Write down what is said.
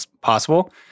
possible